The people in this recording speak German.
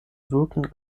wirken